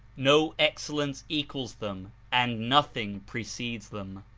no excellence equals them and nothing precedes them.